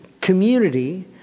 community